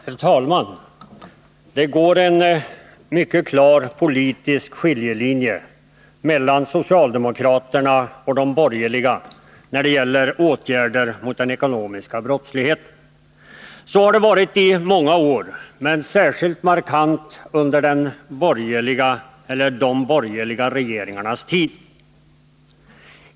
Herr talman! Det går en mycket klar politisk skiljelinje mellan socialdemokraterna och de borgerliga när det gäller åtgärder mot den ekonomiska brottsligheten. Så har det varit i många år, men det har varit särskilt markant under de borgerliga regeringarnas tid.